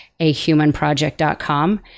ahumanproject.com